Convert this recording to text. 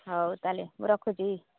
ହଉ ତା'ହେଲେ ମୁଁ ରଖୁଛି